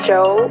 Joe